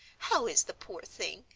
how is the poor thing?